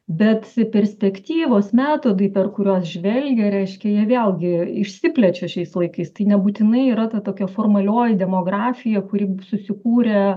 bet perspektyvos metodai per kuriuos žvelgia reiškia jie vėlgi išsiplečia šiais laikais tai nebūtinai yra ta tokia formalioji demografija kuri susikūrė